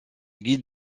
guide